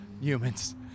humans